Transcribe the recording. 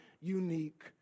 unique